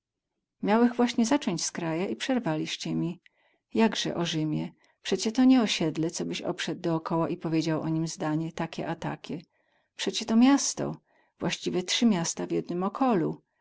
miałech właśnie zacąć z kraja i przerwaliście mi jakze o rzymie przecie to nie osiedle cobyś obseł dookoła i powiedział o nim zdanie takie a takie przecie to miasto właściwie trzy miasta w jednym okolu